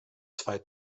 zwei